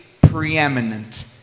preeminent